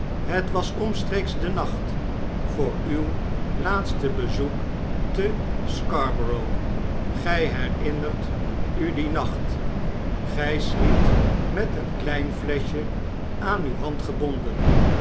het was omstreeks den nacht voor uw laatste bezoek te scarborough gy herinnert u dien nacht gy